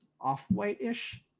off-white-ish